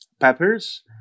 peppers